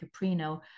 Caprino